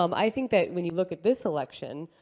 um i think that when you look at this election,